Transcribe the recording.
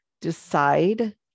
decide